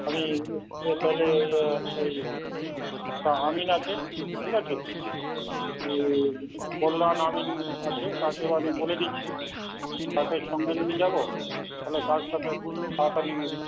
আমি তাহলে ওই আমিন আছে ঠিক আছে কল্যাণ আমিন আছে তাকেও আমি বলে দিচ্ছি তাকে সঙ্গে নিয়ে যাব তাহলে কাজটা প্রায় তাড়াতাড়ি